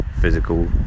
physical